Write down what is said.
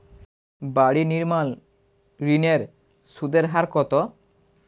বাড়ি নির্মাণ ঋণের সুদের হার কত?